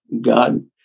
God